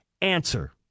answer